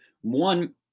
One